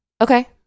okay